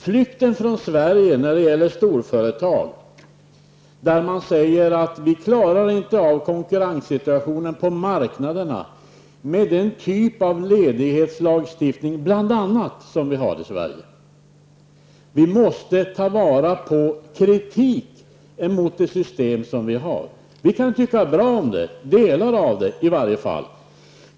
Flykten från Sverige när det gäller storföretag säger man beror på att man inte klarar av konkurrenssituationen på marknaderna med bl.a. den typ av ledighetslagstiftning som vi har i Sverige. Vi måste ta vara på kritik mot det system som vi har. Vi kan tycka bra om det -- delar av det i varje fall.